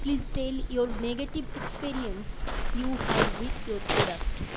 please tell your negative experience you had with your product